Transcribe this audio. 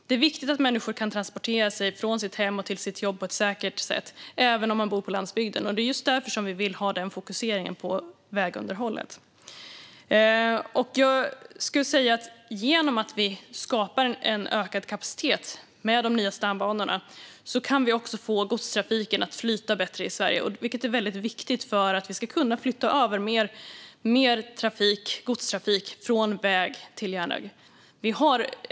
Det är viktigt att människor kan transportera sig från sitt hem till jobb på ett säkert sätt, även om de bor på landsbygden. Det är just därför vi vill ha denna fokusering på vägunderhållet. Genom att vi skapar en ökad kapacitet med de nya stambanorna kan vi också få godstrafiken att flyta bättre i Sverige, vilket är väldigt viktigt för att vi ska kunna flytta över mer godstrafik från väg till järnväg.